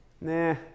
Nah